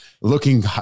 looking